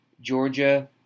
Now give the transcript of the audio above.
Georgia